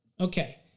Okay